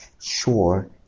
sure